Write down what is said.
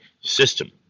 system